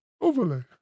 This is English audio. overlay